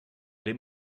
dem